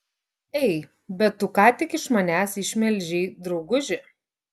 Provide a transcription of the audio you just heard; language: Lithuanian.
ei bet tu ką tik iš manęs išmelžei drauguži